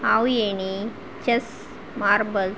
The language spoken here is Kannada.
ಹಾವು ಏಣಿ ಚಸ್ ಮಾರ್ಬಲ್ಸ್